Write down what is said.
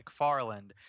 McFarland